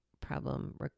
problem